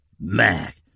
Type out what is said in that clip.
Mac